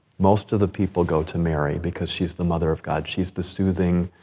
most of the people go to mary, because she's the mother of god. she's the soothing,